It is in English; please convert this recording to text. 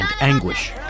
anguish